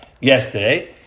yesterday